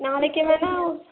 நாளைக்கே வேணா